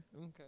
okay